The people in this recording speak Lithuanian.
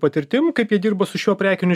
patirtim kaip ji dirbo su šiuo prekiniu